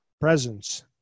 presence